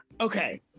okay